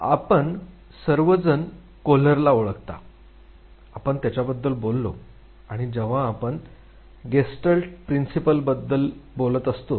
आपण सर्वजण कोहलरला ओळखता आपण त्याच्याबद्दल बोललो आणि जेव्हा आपण गेस्टल्ट प्रिन्सिपल्सबद्दल बोलत असतो